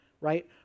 right